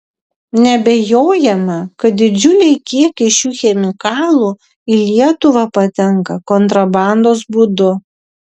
neabejojama kad didžiuliai kiekiai šių chemikalų į lietuvą patenka kontrabandos būdu